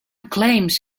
claims